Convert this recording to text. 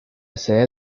sede